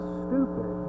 stupid